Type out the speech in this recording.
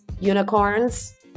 unicorns